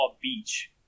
Beach